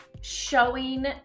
showing